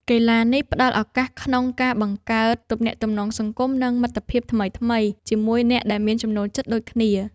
កីឡានេះផ្ដល់ឱកាសក្នុងការបង្កើតទំនាក់ទំនងសង្គម និងមិត្តភាពថ្មីៗជាមួយអ្នកដែលមានចំណូលចិត្តដូចគ្នា។